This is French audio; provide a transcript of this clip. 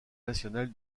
nationale